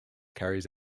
carries